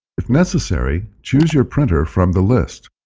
if necessary, choose your printer from the list.